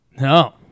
No